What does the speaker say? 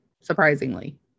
surprisingly